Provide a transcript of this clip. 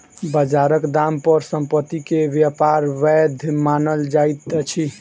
बजारक दाम पर संपत्ति के व्यापार वैध मानल जाइत अछि